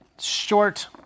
short